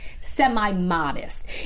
semi-modest